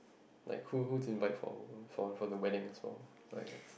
like who who didn't write for for the wedding its well